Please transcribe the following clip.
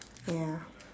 ya